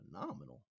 phenomenal